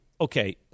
Okay